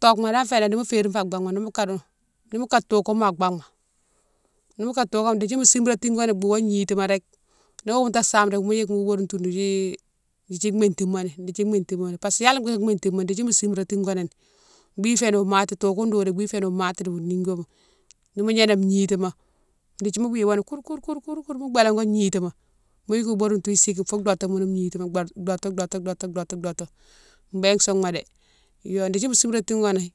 Tocouma dane fénan nimo férine fo a baghma nimo kade fo, nimo kade tocouma a baghma, nimo kade tocouma dékdi mo simratigoni bouwo gnitima réke, nimo bounta same réke mo yike wo bodone toudu dékdi métimoni dékdi métimoni parce que yalé bigué imétimoni dékdi mo simratigoni bi iféni wo mati tocone dodone bi féni mati di ghounne nigoma nimo gnaname gnitima dékdi mo wiyone koure koure koure koure mo bélango gnitima mo yike wo bodone tou siguime fo dotou mounne gnitighoune, dotou- dotou- dotou- dotou- dotou béne souma dé. Yo dékdi mo simratigoni,